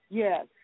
yes